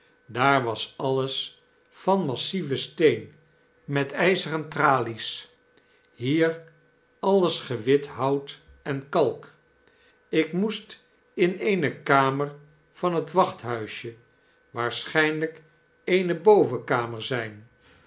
daar was alles van massieven steen met peren tralies hier alles gewithout en kalk ik moest in eene kamer van het wachthuisje waarschynlyk eene bovenkamer zp